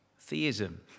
theism